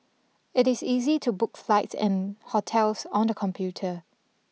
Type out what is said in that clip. it is easy to book flights and hotels on the computer